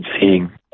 seeing